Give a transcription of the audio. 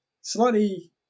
slightly